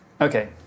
Okay